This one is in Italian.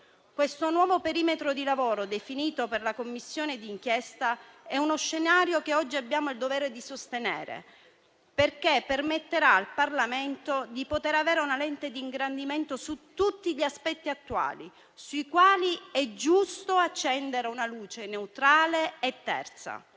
Questo nuovo perimetro di lavoro definito per la Commissione di inchiesta è uno scenario che oggi abbiamo il dovere di sostenere, perché permetterà al Parlamento di poter avere una lente di ingrandimento su tutti gli aspetti attuali, sui quali è giusto accendere una luce neutrale e terza.